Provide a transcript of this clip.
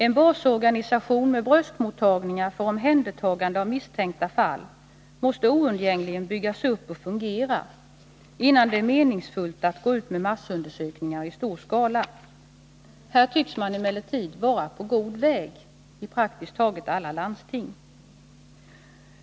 En basorganisation med bröstmottagningar för omhändertagande av misstänkta fall måste oundgängligen byggas upp och fungera, innan det är meningsfullt att gå ut med massundersökningar i stor skala. Här tycks man emellertid vara på god väg i praktiskt taget alla landsting.